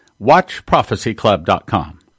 WatchProphecyClub.com